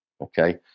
Okay